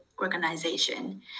organization